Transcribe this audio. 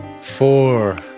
Four